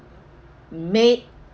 made